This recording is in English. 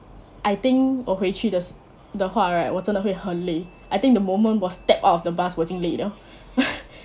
I think 我回去的时的话 right 我真的会很累 I think the moment 我 step out of the bus 我已经累了